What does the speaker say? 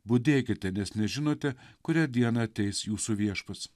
budėkite nes nežinote kurią dieną ateis jūsų viešpats